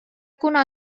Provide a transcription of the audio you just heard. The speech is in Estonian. kuna